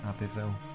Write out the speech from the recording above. Abbeville